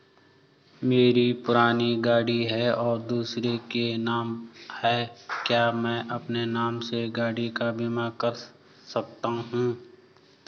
मेरी पुरानी गाड़ी है और दूसरे के नाम पर है क्या मैं अपने नाम से गाड़ी का बीमा कर सकता हूँ?